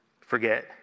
forget